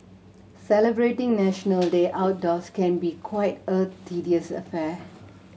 celebrating National Day outdoors can be quite a tedious affair